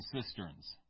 cisterns